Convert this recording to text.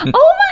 oh